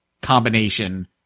combination